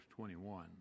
21